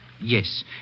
Yes